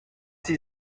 sie